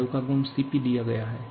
वायु का गुण Cpदिया गया है